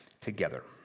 together